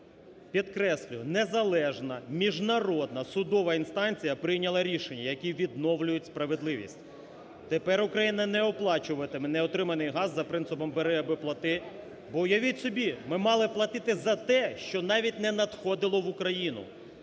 Підкреслюю, незалежна міжнародна судова інстанція прийняла рішення, які відновлюють справедливість. Тепер Україна не оплачуватиме неотриманий газ за принципом "бери або плати". Бо уявіть собі, ми мали платити за те, що навіть не надходило в Україну,